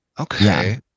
okay